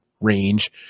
range